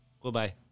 Goodbye